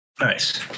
nice